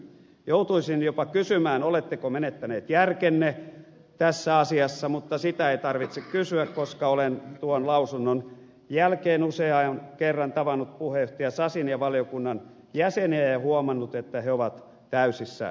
joutuisin jopa kysymään oletteko menettäneet järkenne tässä asiassa mutta sitä ei tarvitse kysyä koska olen tuon lausunnon jälkeen usean kerran tavannut puheenjohtaja sasin ja valiokunnan jäseniä ja huomannut että he ovat täysissä järjissään